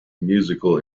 musical